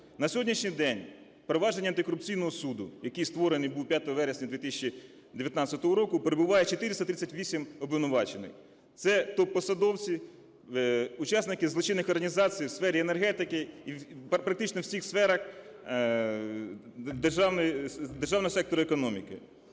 На сьогоднішній день у провадженні антикорупційного суду, який створений був 5 вересня 2019 року, перебуває 438 обвинувачень. Це топ-посадовці, учасники злочинних організацій у сфері енергетики, практично у всіх сферах державного сектору економіки.